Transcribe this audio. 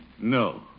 No